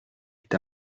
est